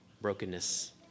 brokenness